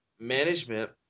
management